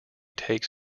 takes